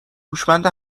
هوشمند